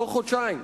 בתוך חודשיים,